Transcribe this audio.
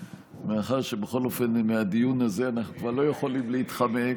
מאחר שבכל אופן מהדיון הזה אנחנו כבר לא יכולים להתחמק,